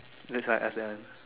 that's why I ask that one